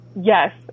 Yes